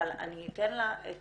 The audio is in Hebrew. אבל אני אתן לה את